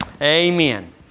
Amen